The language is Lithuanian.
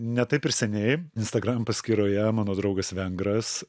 ne taip ir seniai instagram paskyroje mano draugas vengras